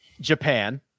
japan